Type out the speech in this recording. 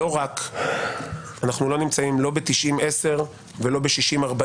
לא רק שאנחנו לא נמצאים לא ב-90-10 ולא ב-60-40.